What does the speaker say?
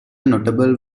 notable